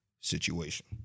situation